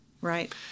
Right